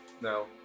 No